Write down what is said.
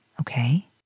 Okay